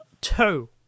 two